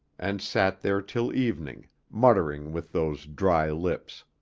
and sat there till evening, muttering with those dry lips.